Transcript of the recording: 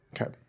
Okay